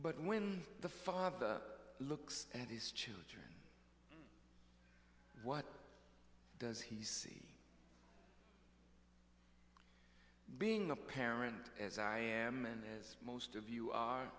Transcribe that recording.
but when the father looks at his children what does he see being a parent as i am and as most of you are